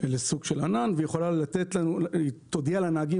לסוג של ענן והיא יכולה להודיע לנהגים